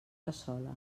cassola